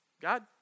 God